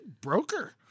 broker